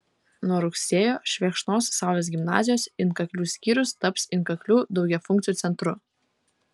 nuo rugsėjo švėkšnos saulės gimnazijos inkaklių skyrius taps inkaklių daugiafunkciu centru